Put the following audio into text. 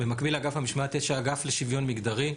במקביל לאגף המשמעת יש האגף לשוויון מגדרי,